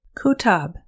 Kutab